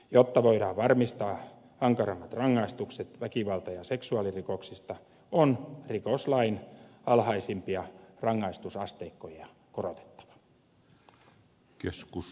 jotta voidaan varmistaa ankarammat rangaistukset väkivalta ja seksuaalirikoksista on rikoslain alhaisimpia rangaistusasteikkoja korotettava